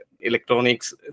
electronics